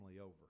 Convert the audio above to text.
over